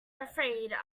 afraid